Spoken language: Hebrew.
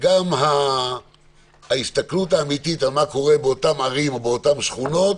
וגם ההסתכלות האמיתית על מה קורה באותן ערים או באותן שכונות,